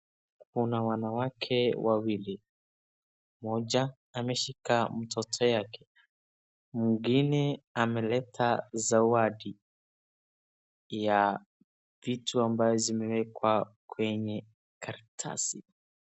Kuna wanawake wawili, mmoja ameshika mtoto yake mwingine ameleta zawadi ya vitu ambaye zimewekwa kwenye karatasi.